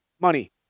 Money